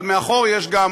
אבל מאחור יש גם